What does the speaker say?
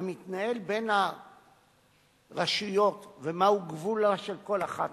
המתנהלים בין הרשויות ומהו גבולה של כל אחת